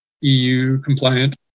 EU-compliant